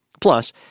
Plus